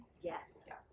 Yes